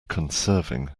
conserving